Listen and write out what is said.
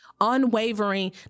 Unwavering